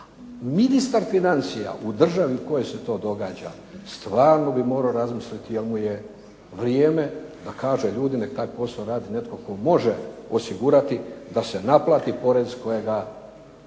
Ministar financija u državi u kojoj se to događa stvarno bi morao razmisliti jel mu je vrijeme da kaže ljudi, nek' taj posao radi netko tko može osigurati da se naplati porez kojega